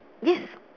yes